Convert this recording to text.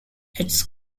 its